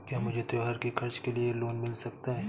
क्या मुझे त्योहार के खर्च के लिए लोन मिल सकता है?